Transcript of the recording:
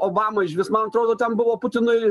obama išvis man atrodo ten buvo putinui